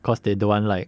cause they don't want like